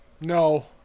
no